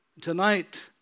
Tonight